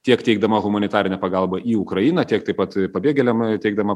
tiek teikdama humanitarinę pagalbą į ukrainą tiek taip pat pabėgėliam e teikdama